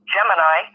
Gemini